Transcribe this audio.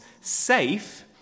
safe